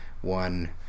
One